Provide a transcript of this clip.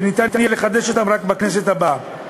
וניתן יהיה לחדש אותם רק בכנסת הבאה.